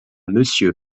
monsieur